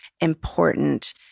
important